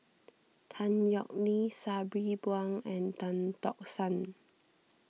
Tan Yeok Nee Sabri Buang and Tan Tock San